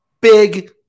Big